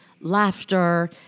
laughter